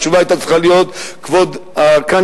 התשובה היתה צריכה להיות: כבוד הקנצלרית,